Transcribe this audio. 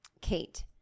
Kate